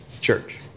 church